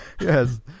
Yes